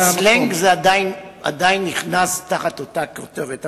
אבל בסלנג זה עדיין נכנס תחת אותה כותרת.